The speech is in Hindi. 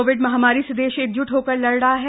कोविड महामारी से देश एकज्ट होकर लड़ रहा है